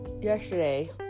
yesterday